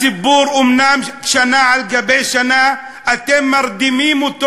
הציבור, שנה אחרי שנה, אתם מרדימים אותו